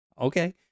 Okay